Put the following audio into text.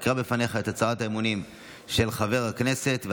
אקרא בפניך את הצהרת האמונים של חבר הכנסת,